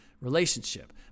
relationship